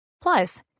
Plus